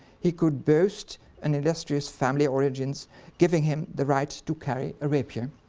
he could boast and illustrious family origins giving him the right to carry a rapier